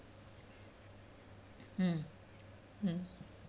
mm mm